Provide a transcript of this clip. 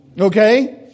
Okay